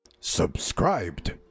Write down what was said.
Subscribed